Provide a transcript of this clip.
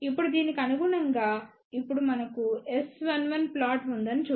ఇప్పుడు దీనికి అనుగుణంగా ఇప్పుడు మనకు S11 ప్లాట్ ఉందని చూద్దాం